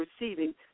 receiving